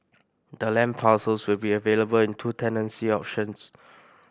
the land parcels will be available in two tenancy options